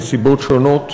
מסיבות שונות.